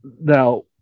now